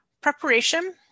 Preparation